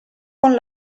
con